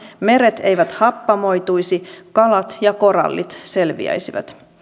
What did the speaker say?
meret eivät happamoituisi kalat ja korallit selviäisivät